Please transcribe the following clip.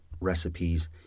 Recipes